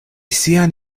sian